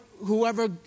whoever